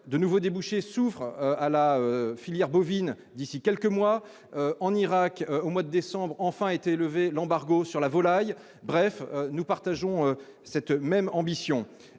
de nouveaux débouchés souffre à la filière bovine, d'ici quelques mois en Irak au mois de décembre, enfin, a été levé l'embargo sur la volaille, bref, nous partageons cette même ambition